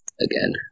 again